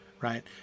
right